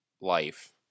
life